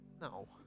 No